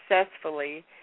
successfully